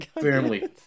family